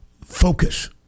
focus